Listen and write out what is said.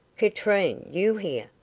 katrine, you here?